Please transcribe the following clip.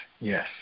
yes